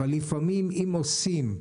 אבל לפעמים אם עושים,